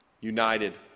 united